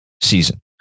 season